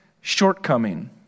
shortcoming